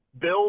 bill